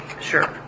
Sure